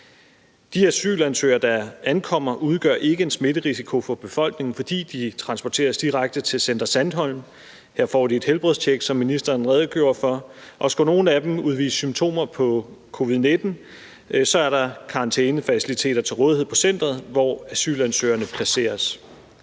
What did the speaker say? De asylansøgere, der ankommer, udgør ikke en smitterisiko for befolkningen, fordi de transporteres direkte til Center Sandholm. Her får de et helbredstjek, som ministeren redegjorde for, og skulle nogle af dem udvise symptomer på covid-19, er der karantænefaciliteter til rådighed på centeret, hvor asylansøgerne placeres.